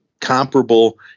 comparable